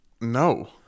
No